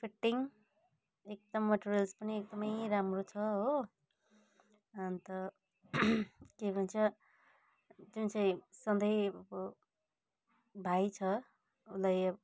fitting एकदम materials पनि एकदमै राम्रो छ हो अन्त के भन्छ जुन चाहिँ सधैँ अब भाइ छ उसलाई